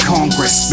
Congress